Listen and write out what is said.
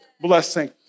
blessing